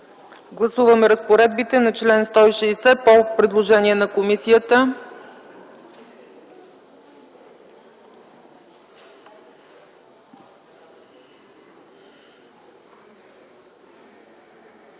Гласуваме разпоредбите на чл. 160 по предложение на комисията.